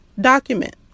document